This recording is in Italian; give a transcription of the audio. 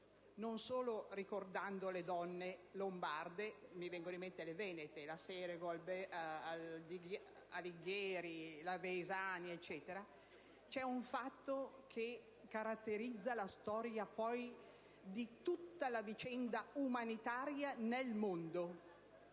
non solo ricordando le patriote lombarde - mi vengono in mente le venete, come la Serego Alighieri e la Avesani - c'è un fatto che caratterizza la storia di tutta la vicenda umanitaria nel mondo.